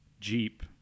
jeep